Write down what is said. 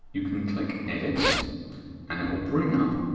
you can click edit and it will bring up